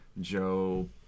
Joe